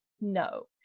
no